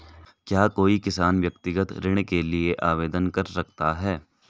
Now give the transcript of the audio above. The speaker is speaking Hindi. क्या कोई किसान व्यक्तिगत ऋण के लिए आवेदन कर सकता है?